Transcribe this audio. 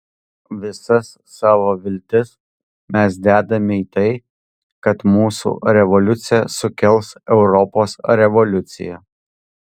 visas savo viltis mes dedame į tai kad mūsų revoliucija sukels europos revoliuciją